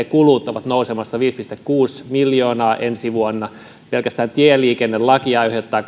kulut ovat nousemassa viisi pilkku kuusi miljoonaa ensi vuonna pelkästään tieliikennelaki aiheuttaa